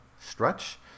stretch